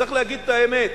צריך להגיד את האמת,